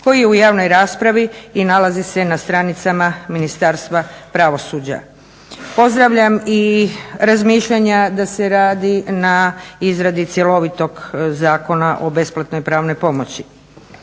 koji je u javnoj raspravi i nalazi se na stranicama Ministarstva pravosuđa. Pozdravljam i razmišljanja da se radi na izradi cjelovitog Zakona o besplatnoj pravnoj pomoći.